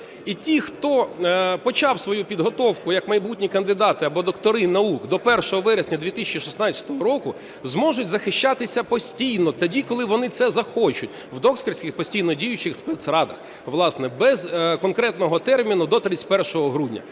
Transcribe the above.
І ті, хто почав свою підготовку як майбутні кандидати або доктори наук до 1 вересня 2016 року, зможуть захищатися постійно, тоді, коли вони це захочуть, в докторських постійно діючих спецрадах, власне, без конкретного терміну до 31 грудня.